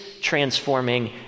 transforming